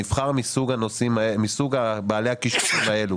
אני אבחר מסוג בעלי הכישורים האלה.